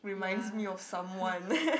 ya